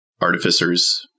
artificers